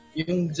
yung